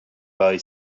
boy